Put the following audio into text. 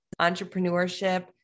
entrepreneurship